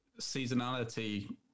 Seasonality